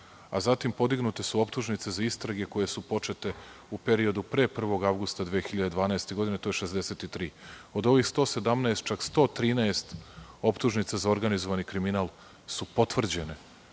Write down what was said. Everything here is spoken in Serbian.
a zatim podignute su optužnice za istrage koje su počete u periodu pre 1. avgusta 2012. godine, to je 63. Od ovih 117, čak 113 optužnica za organizovani kriminal su potvrđene. Dakle,